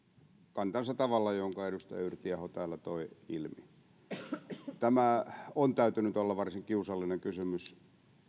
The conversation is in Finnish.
kantansa tavalla jonka edustaja yrttiaho täällä toi ilmi tämän on täytynyt olla varsin kiusallinen kysymys